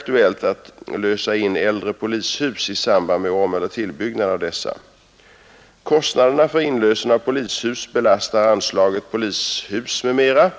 statens inlösen aktuellt att lösa in äldre polishus i samband med omeller tillbyggnad av — av kommunalt upp